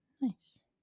Nice